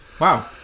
Wow